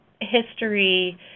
history